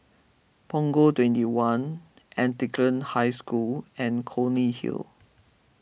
Punggol twenty one Anglican High School and Clunny Hill